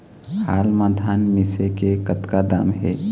हाल मा धान मिसे के कतका दाम हे?